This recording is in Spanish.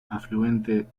afluente